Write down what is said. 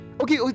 Okay